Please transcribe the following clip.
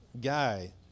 guy